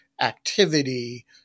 activity